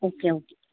okay okay